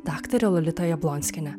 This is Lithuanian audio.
daktare lolita jablonskiene